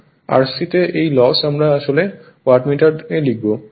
Rc তে এই loss আমরা আসলে ওয়াটমিটারে লিখবো